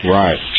right